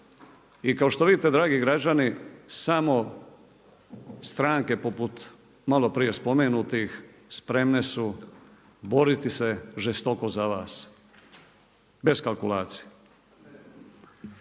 i kao što vidite dragi građani samo stranke poput malo prije spomenutih spremne su boriti se žestoko za vas bez kalkulacija.